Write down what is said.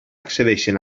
accedeixen